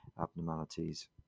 abnormalities